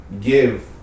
give